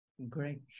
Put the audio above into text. Great